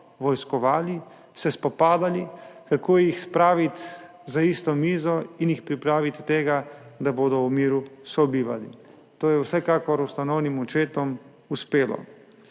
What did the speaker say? vojskovali, se spopadali, kako jih spraviti za isto mizo in jih pripraviti tega, da bodo v miru sobivali. To je vsekakor ustanovnim očetom uspelo.